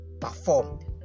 performed